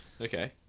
okay